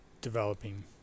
developing